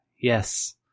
Yes